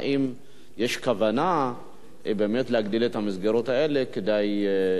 האם יש כוונה באמת להגדיל את המסגרות האלה כדי,